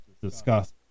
discuss